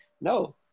no